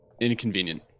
Inconvenient